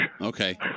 Okay